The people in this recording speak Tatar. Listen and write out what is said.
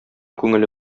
күңеле